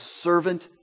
servant